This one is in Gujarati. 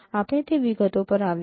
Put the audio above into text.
આપણે તે વિગતો પર આવીશું